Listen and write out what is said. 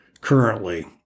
currently